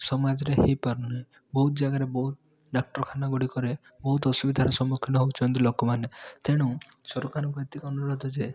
ସମାଜରେ ହେଇ ପାରୁନେଇ ବହୁତ ଜାଗାରେ ବହୁତ ଡାକ୍ତରଖାନା ଗୁଡ଼ିକରେ ବହୁତ ଅସୁବିଧାର ସମ୍ମୁଖୀନ ହେଉଛନ୍ତି ଲୋକମାନେ ତେଣୁ ସରକାରଙ୍କୁ ଏତିକି ଅନୁରୋଧ ଯେ